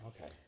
Okay